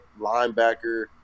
linebacker